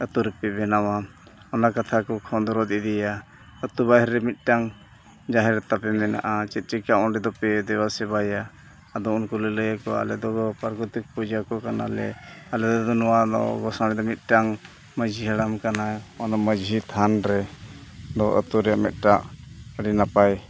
ᱟᱹᱛᱩ ᱨᱮᱯᱮ ᱵᱮᱱᱟᱣᱟ ᱚᱱᱟ ᱠᱟᱛᱷᱟ ᱠᱚ ᱠᱷᱚᱸᱫᱽᱨᱚᱫ ᱤᱫᱤᱭᱟ ᱟᱹᱛᱩ ᱵᱟᱦᱨᱮ ᱨᱮ ᱢᱤᱫᱴᱟᱝ ᱡᱟᱦᱮᱨ ᱛᱟᱯᱮ ᱢᱮᱱᱟᱜᱼᱟ ᱪᱮᱫ ᱪᱤᱠᱟᱹ ᱚᱸᱰᱮ ᱫᱚᱯᱮ ᱫᱮᱵᱟ ᱥᱮᱵᱟᱭᱟ ᱟᱫᱚ ᱩᱱᱠᱩ ᱞᱮ ᱞᱟᱹᱭ ᱟᱠᱚᱣᱟ ᱟᱞᱮ ᱫᱚ ᱯᱟᱨᱵᱚᱛᱤ ᱯᱩᱡᱟᱹ ᱠᱚ ᱠᱟᱱᱟᱞᱮ ᱟᱞᱮ ᱫᱚ ᱱᱚᱣᱟ ᱫᱚ ᱜᱳᱥᱟᱲᱮ ᱫᱚ ᱢᱤᱫᱴᱟᱝ ᱢᱟᱺᱡᱷᱤ ᱦᱟᱲᱟᱢ ᱠᱟᱱᱟᱭ ᱚᱱᱟᱫᱚ ᱢᱟᱺᱡᱷᱤ ᱛᱷᱟᱱ ᱨᱮ ᱫᱚ ᱟᱹᱛᱩ ᱨᱮ ᱢᱤᱫᱴᱟᱝ ᱟᱹᱰᱤ ᱱᱟᱯᱟᱭ